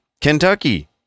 Kentucky